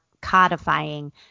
codifying